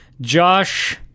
Josh